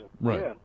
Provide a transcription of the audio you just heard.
right